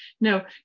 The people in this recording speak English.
no